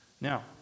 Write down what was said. Now